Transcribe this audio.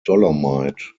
dolomite